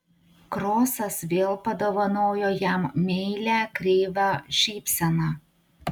krosas vėl padovanojo jam meilią kreivą šypseną